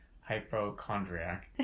hypochondriac